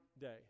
day